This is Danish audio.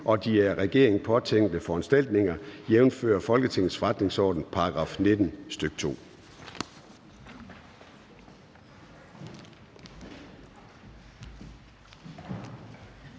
og de af regeringen påtænkte foranstaltninger, jævnfør Folketingets forretningsordens § 19, stk. 2.